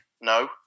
no